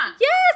Yes